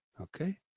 okay